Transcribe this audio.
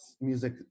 music